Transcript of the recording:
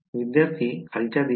विद्यार्थीः खालच्या दिशेने